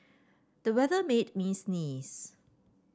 the weather made me sneeze